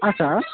ಹಾಂ ಸ